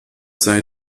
sei